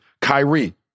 Kyrie